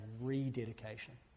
rededication